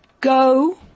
Go